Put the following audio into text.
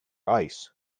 ice